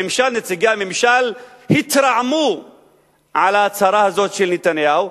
נציגי הממשל התרעמו על ההצהרה הזאת של נתניהו,